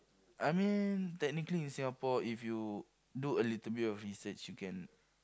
I mean technically in Singapore if you do a little bit of research you can